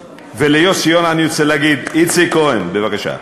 וליוסי יונה אני רוצה להגיד, איציק כהן, בבקשה,